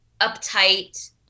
uptight